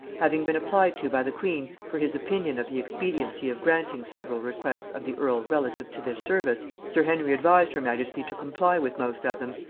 having been applied to by the queen for his opinion of the expediency of granting several requests of the earl relative to this service, sir henry advised her majesty to comply with most of them,